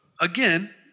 again